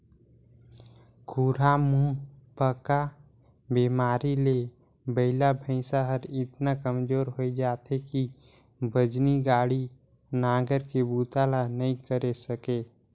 खुरहा मुहंपका बेमारी ले बइला भइसा हर एतना कमजोर होय जाथे कि बजनी गाड़ी, नांगर के बूता ल नइ करे सके